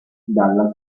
dalla